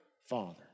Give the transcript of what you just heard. father